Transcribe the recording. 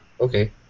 Okay